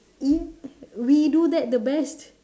we do that the best